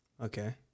Okay